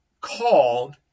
called